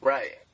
Right